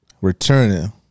returning